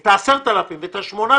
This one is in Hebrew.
אלא את ה-8,000 וה-10,000 שקל,